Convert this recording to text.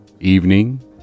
evening